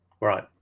Right